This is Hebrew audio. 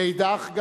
מאידך,